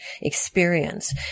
experience